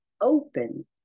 open